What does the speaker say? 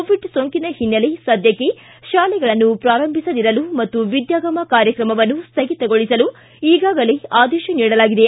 Covid ಸೋಂಕಿನ ಹಿನ್ನೆಲೆ ಸದ್ದಕ್ಕೆ ಶಾಲೆಗಳನ್ನು ಪೂರಂಭಿಸದಿರಲು ಮತ್ತು ವಿದ್ಯಾಗಮ ಕಾರ್ಯಕ್ರಮವನ್ನು ಸ್ವಗಿತಗೊಳಿಸಲು ಈಗಾಗಲೇ ಆದೇಶ ನೀಡಲಾಗಿದೆ